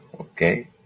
Okay